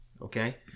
Okay